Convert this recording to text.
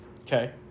Okay